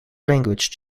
language